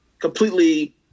completely